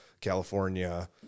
California